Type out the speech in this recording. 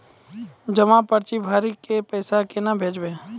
जमा पर्ची भरी के पैसा केना भेजबे?